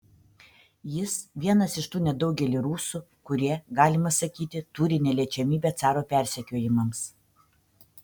jis vienas iš tų nedaugelio rusų kurie galima sakyti turi neliečiamybę caro persekiojimams